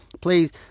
please